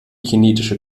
kinetische